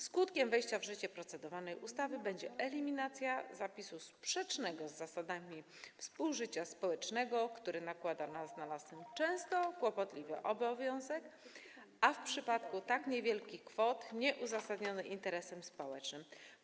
Skutkiem wejścia w życie procedowanej ustawy będzie eliminacja zapisu sprzecznego z zasadami współżycia społecznego, który nakłada na znalazcę często kłopotliwy, a w przypadku tak niewielkich kwot - nieuzasadniony interesem społecznym obowiązek.